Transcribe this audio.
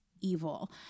evil